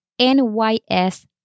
NYS